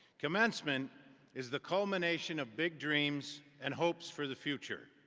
commencement is the culmination of big dreams and hopes for the future.